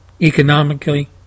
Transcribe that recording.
economically